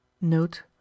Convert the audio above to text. Note